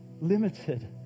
limited